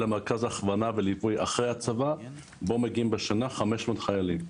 אלא מרכז הכוונה וליווי אחרי הצבא בו מגיעים בשנה 500 חיילים.